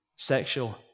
sexual